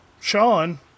Sean